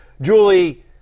Julie